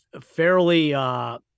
fairly –